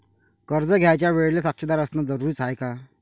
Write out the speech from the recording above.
कर्ज घ्यायच्या वेळेले साक्षीदार असनं जरुरीच हाय का?